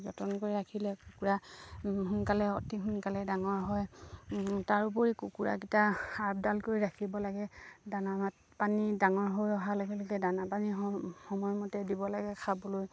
যতন কৰি ৰাখিলে কুকুৰা সোনকালে অতি সোনকালে ডাঙৰ হয় তাৰোপৰি কুকুৰাকেইটা আপডাল কৰি ৰাখিব লাগে দানা মাত পানী ডাঙৰ হৈ অহাৰ লগে লগে দানা পানী সময়মতে দিব লাগে খাবলৈ